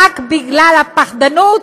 רק בגלל הפחדנות